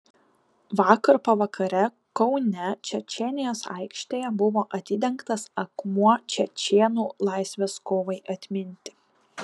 vakar pavakare kaune čečėnijos aikštėje buvo atidengtas akmuo čečėnų laisvės kovai atminti